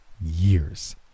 years